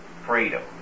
freedom